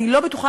אני לא בטוחה,